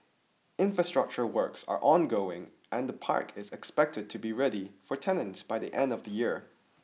infrastructure works are ongoing and the park is expected to be ready for tenants by the end of the year